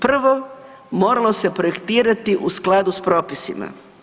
Prvo, moralo se projektirati u skladu s propisima.